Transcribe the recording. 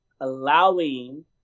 allowing